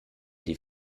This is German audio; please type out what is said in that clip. die